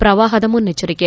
ಪ್ರವಾಹದ ಮುನ್ನೆಚ್ಚರಿಕೆ